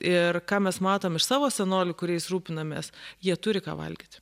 ir ką mes matom iš savo senolių kuriais rūpinamės jie turi ką valgyti